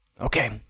Okay